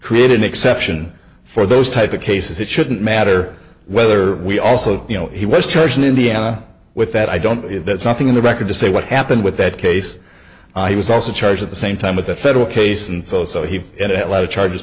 create an exception for those type of cases it shouldn't matter whether we also you know he was charged in indiana with that i don't there's nothing in the record to say what happened with that case he was also charged at the same time with a federal case and so so he had a lot of charges